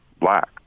black